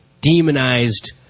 demonized